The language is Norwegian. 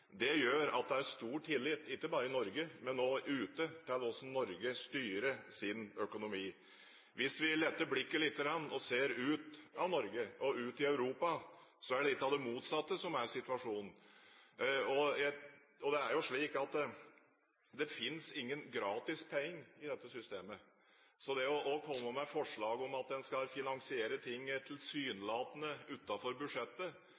Det gjør at det er stor tillit, ikke bare i Norge, men også ute, til hvordan Norge styrer sin økonomi. Hvis vi letter blikket lite grann og ser ut av Norge, og til Europa, er det litt av det motsatte som er situasjonen. Det finnes ingen gratis penger i dette systemet. Så det å komme med forslag om at en skal finansiere ting tilsynelatende utenfor budsjettet,